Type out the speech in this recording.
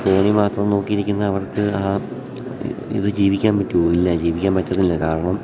ഫോണിൽ മാത്രം നോക്കിയിരിക്കുന്ന അവർക്ക് ആ ഇത് ജീവിക്കാൻ പറ്റുമോ ഇല്ല ജീവിക്കാൻ പറ്റുന്നില്ല കാരണം